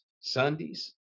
Sundays